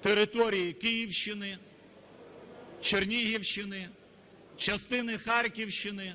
території Київщини, Чернігівщини, частини Харківщини,